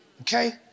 Okay